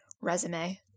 resume